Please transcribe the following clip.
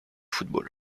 football